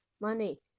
money